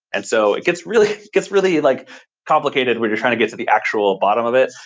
and so, it gets really gets really like complicated when you're trying to get to the actual bottom of it.